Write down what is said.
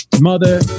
Mother